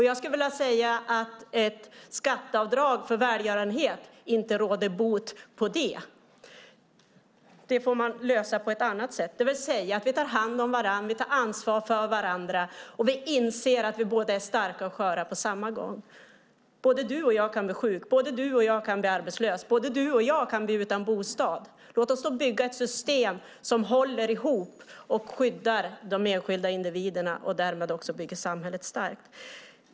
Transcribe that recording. Jag skulle vilja säga att ett skatteavdrag för välgörenhet inte råder bot på det. Det får man lösa på ett annat sätt. Det handlar om att vi tar hand om varandra, att vi tar ansvar för varandra och att vi inser att vi är starka och sköra på samma gång. Både du och jag kan bli sjuka. Både du och jag kan bli arbetslösa. Både du och jag kan bli utan bostad. Låt oss då bygga ett system som håller ihop och skyddar de enskilda individerna och därmed också bygger samhället starkt.